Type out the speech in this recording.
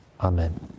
Amen